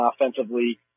offensively